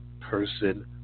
person